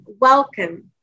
welcome